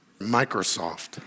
Microsoft